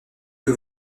que